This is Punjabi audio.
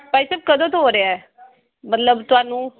ਭਾਈ ਸਾਹਿਬ ਕਦੋਂ ਤੋਂ ਹੋ ਰਿਹਾ ਹੈ ਮਤਲਬ ਤੁਹਾਨੂੰ